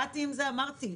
באתי עם זה ואמרתי,